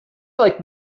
like